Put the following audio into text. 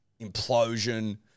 implosion